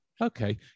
Okay